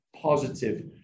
positive